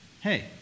hey